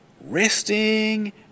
resting